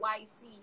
YC